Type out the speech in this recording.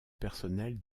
personnel